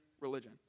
religion